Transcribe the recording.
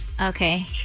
okay